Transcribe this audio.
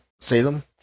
salem